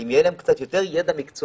אם יהיה להם קצת יותר ידע מקצועי,